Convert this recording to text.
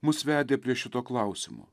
mus vedė prie šito klausimo